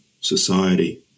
society